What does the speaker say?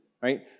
Right